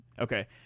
Okay